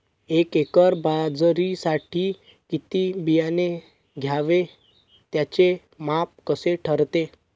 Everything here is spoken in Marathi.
एका एकर बाजरीसाठी किती बियाणे घ्यावे? त्याचे माप कसे ठरते?